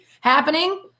happening